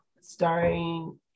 starring